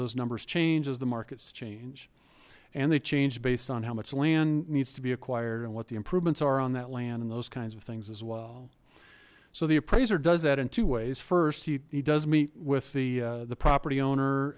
those numbers change as the markets change and they changed based on how much land needs to be acquired and what the improvements are on that land and those kinds of things as well so the appraiser does that in two ways first he does meet with the the property owner